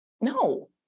No